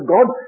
God